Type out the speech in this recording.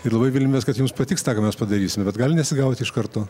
ir labai viliamės kad jums patiks tą ką mes padarysime bet gali nesigauti iš karto